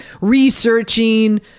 researching